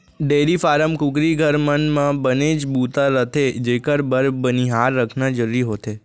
dairy farm, कुकरी घर, मन म बनेच बूता रथे जेकर बर बनिहार रखना जरूरी होथे